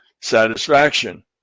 satisfaction